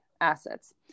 assets